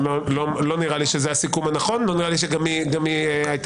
לא נראה לי שזה הסיכום הנכון,